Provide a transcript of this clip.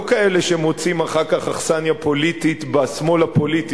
לא כאלה שמוצאים אחר כך אכסניה פוליטית בשמאל הפוליטי,